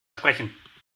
sprechen